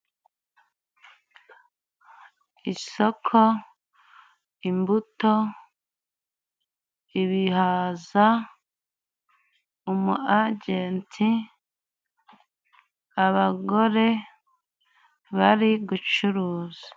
Isoko, imbuto, ibihaza, umugenti, abagore bari gucuruza.